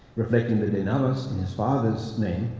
reflecting the de navas in his father's name,